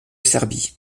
serbie